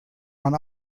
man